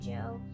Joe